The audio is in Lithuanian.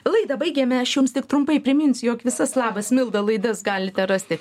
laidą baigiame aš jums tik trumpai priminsiu jog visas labas milda laidas galite rasti